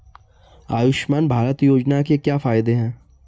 आयुष्मान भारत योजना के क्या फायदे हैं?